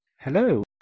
Hello